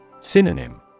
Synonym